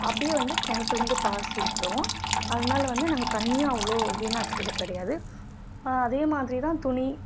அப்படியே வந்து கிணத்துலேருந்து பாசி விட்ருவோம் அதனால் வந்து நாங்கள் தண்ணியும் அவ்வளோ வீணாக்குறது கிடையாது அதே மாதிரிதான் துணி